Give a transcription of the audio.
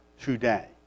today